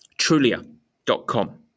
Trulia.com